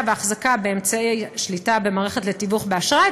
והחזקה באמצעי שליטה במערכת לתיווך באשראי,